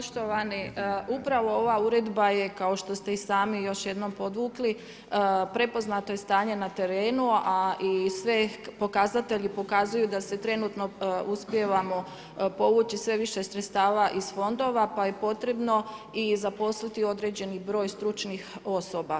Poštovani upravo ova uredba je kao što ste i sami još jednom podvukli prepoznato je stanje na terenu a i svi pokazatelji pokazuju da se trenutno uspijevamo povući sve više sredstava iz fondova, pa je potrebno i zaposliti određeni broj stručnih osoba.